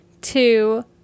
two